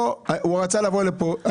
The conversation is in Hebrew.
כשאני